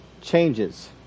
changes